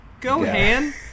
Gohan